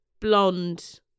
blonde